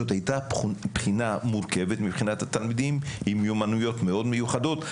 זו הייתה בחינה מורכבת מבחינת התלמידים עם מיומנויות מיוחדות מאוד,